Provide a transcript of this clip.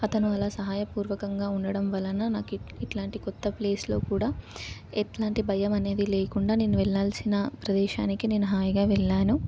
అతను అలా సహాయపూర్వకంగా ఉండడం వలన నాకి ఇట్లాంటి కొత్త ప్లేస్లో కూడా ఎట్లాంటి భయం అనేది లేకుండా నేను వెళ్ళాల్సిన ప్రదేశానికి నేను హాయిగా వెళ్ళాను